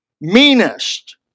meanest